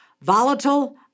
volatile